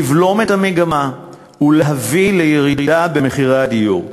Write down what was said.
לבלום את המגמה ולהביא לירידה במחירי הדיור.